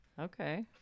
okay